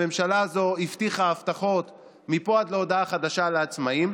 הממשלה הזו הבטיחה הבטחות מפה עד להודעה חדשה לעצמאים,